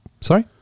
sorry